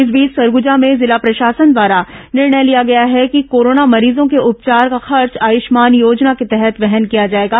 इस बीच सरगुजा में जिला प्रशासन द्वारा ॅनिर्णय लिया गया है कि कोरोना मरीजों के उपचार का खर्च आयुष्मान योजना के तहत वहन किया जाएगा